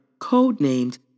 codenamed